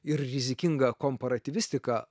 ir rizikinga komparatyvistika